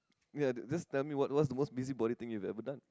ya that just tell me what what's the most busybody thing you've ever done